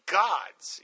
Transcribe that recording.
gods